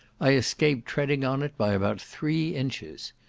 i escaped treading on it by about three inches.